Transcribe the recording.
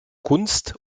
kunst